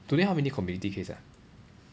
today how many community case ah